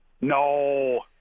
no